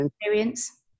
experience